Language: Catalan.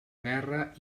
guerra